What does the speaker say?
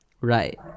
Right